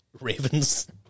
Ravens